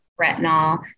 retinol